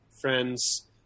friends